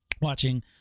watching